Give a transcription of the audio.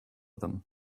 them